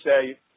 say